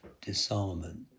Disarmament